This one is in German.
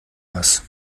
was